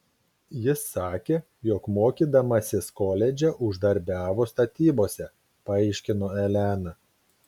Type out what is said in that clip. jis sakė jog mokydamasis koledže uždarbiavo statybose paaiškino elena